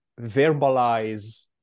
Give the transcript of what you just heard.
verbalize